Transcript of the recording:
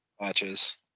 matches